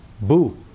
boo